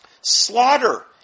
slaughter